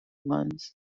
ones